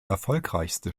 erfolgreichste